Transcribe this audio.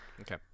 Okay